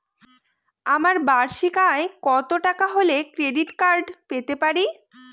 আমার বার্ষিক আয় কত টাকা হলে ক্রেডিট কার্ড পেতে পারি?